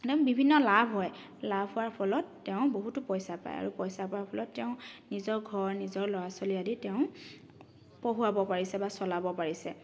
বিভিন্ন লাভ হয় লাভ হোৱাৰ ফলত তেওঁ বহুতো পইচা পাই আৰু পইচা পোৱাৰ ফলত তেওঁ নিজৰ ঘৰ নিজৰ ল'ৰা ছোৱালী আদি তেওঁ পঢ়ুৱাব পাৰিছে বা চলাব পাৰিছে